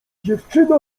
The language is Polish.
dziewczyna